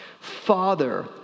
Father